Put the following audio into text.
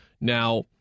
Now